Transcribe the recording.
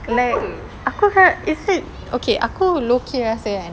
like okay aku low-key rasa kan